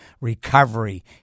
recovery